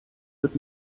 wird